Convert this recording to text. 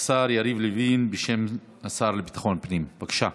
השר יריב לוין בשם השר לביטחון פנים, בבקשה.